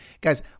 Guys